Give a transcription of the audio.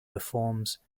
performs